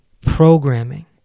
programming